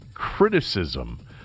Criticism